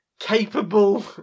Capable